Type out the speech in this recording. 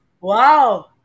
Wow